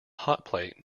hotplate